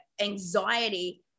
anxiety